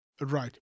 Right